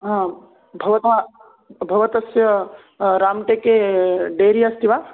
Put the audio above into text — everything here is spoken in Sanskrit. हा भवता भवतस्य राम्टेके डेरी अस्ति वा